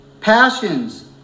passions